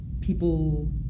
people